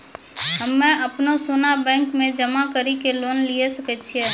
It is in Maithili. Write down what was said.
हम्मय अपनो सोना बैंक मे जमा कड़ी के लोन लिये सकय छियै?